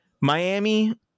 Miami